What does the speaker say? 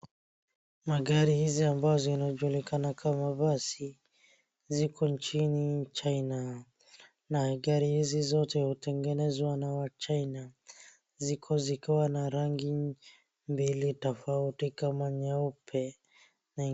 Magari hizi ambazo zinajulikana kama basi ziko nchini China. Na gari hizi zote hutengenezwa na Wachina. Ziko zikiwa na rangi mbili tofauti kama nyeupe na.